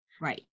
right